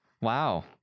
Wow